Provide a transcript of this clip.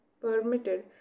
permitted